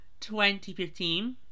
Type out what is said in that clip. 2015